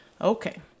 Okay